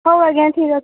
ହଉ ଆଜ୍ଞା ଠିକ୍ ଅଛି